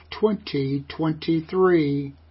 2023